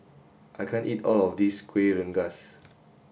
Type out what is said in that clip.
I can't eat all of this Kuih Rengas